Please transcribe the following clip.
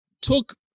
took